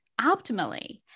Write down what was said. optimally